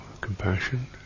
compassion